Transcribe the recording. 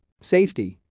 Safety